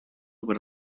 über